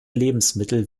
lebensmittel